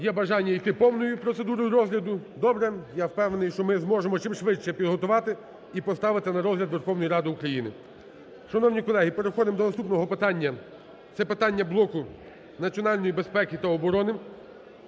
Є бажання йти повною процедурою розгляду. Добре, я впевнений, що ми зможемо чим швидше підготувати і поставити на розгляд Верховної Ради України. Шановні колеги, переходимо до наступного питання, це питання блоку "національної безпеки та оборони".